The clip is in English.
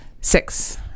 Six